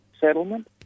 settlement